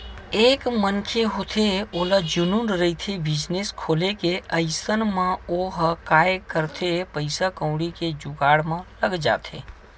एक मनखे होथे ओला जनुन रहिथे बिजनेस खोले के अइसन म ओहा काय करथे पइसा कउड़ी के जुगाड़ म लग जाथे